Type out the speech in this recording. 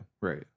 right